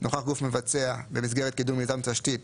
נוכח גוף מבצע במסגרת קידום מיזם תשתית